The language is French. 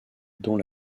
dont